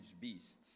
beasts